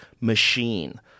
machine